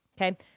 Okay